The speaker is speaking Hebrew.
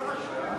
ההצעה להסיר את